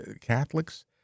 Catholics